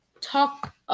talk